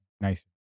Nice